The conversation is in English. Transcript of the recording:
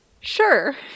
Sure